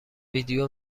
ویدئو